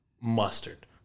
Mustard